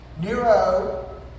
Nero